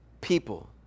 people